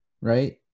right